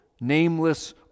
nameless